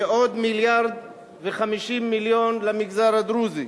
ועוד 1.050 מיליארד למגזר הדרוזי.